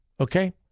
Okay